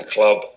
Club